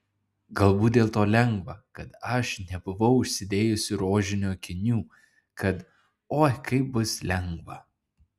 galbūt dėl to lengva kad aš nebuvau užsidėjusi rožinių akinių kad oi kaip bus lengva